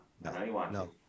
No